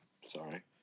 Sorry